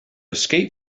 escape